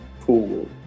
Cool